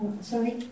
Sorry